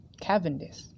cavendish